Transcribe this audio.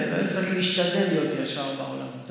צריך להשתדל יותר שם, בעולם.